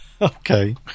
Okay